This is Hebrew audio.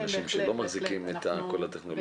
אנשים שלא מחזיקים את כל הטכנולוגיה?